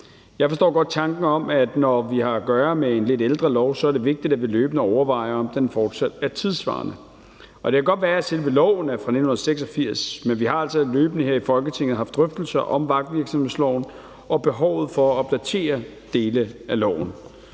Jeg forstår godt tanken om, at når vi har at gøre med en lidt ældre lov, er det vigtigt, at vi løbende overvejer, om den fortsat er tidssvarende. Det kan godt være, at selve loven er fra 1986, men vi har altså løbende her i Folketinget haft drøftelser om vagtvirksomhedsloven og behovet for at opdatere dele af loven.